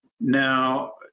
Now